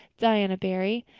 diana barry.